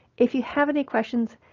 if you have any questions,